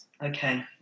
Okay